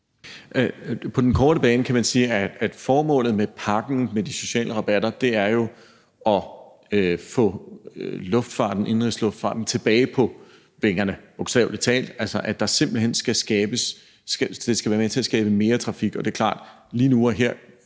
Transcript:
På den korte bane kan man sige, at formålet med pakken med de sociale rabatter jo er at få luftfarten, indenrigsluftfarten, tilbage på vingerne, bogstavelig talt, altså at det simpelt hen skal være med til at skabe mere trafik. Og det er klart, at lige nu og her